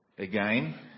Again